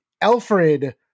Alfred